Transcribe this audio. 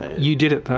you did it